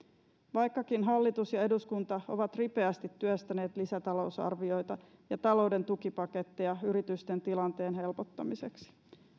vaikkakin hallitus ja eduskunta ovat ripeästi työstäneet lisätalousarvioita ja talouden tukipaketteja yritysten tilanteen helpottamiseksi